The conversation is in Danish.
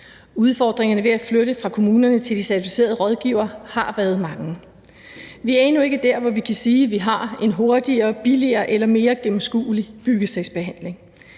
Udfordringerne ved at flytte det fra kommunerne til de certificerede rådgivere har været mange. Vi er endnu ikke der, hvor vi kan sige, at vi har en hurtigere, billigere eller mere gennemskuelig byggesagsbehandling.